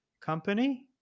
company